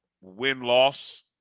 win-loss